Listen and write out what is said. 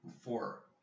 four